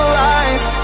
lies